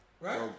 Right